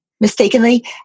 mistakenly